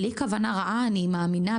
בלי כוונות רעה אני מאמינה,